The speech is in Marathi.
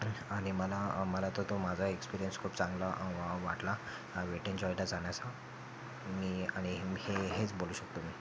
आणि मला मला तर तो माझा एक्सपीरियंस खूप चांगला वा वाटला वेट एन जॉयला जाण्याचा मी आणि मी हे हेच बोलू शकतो मी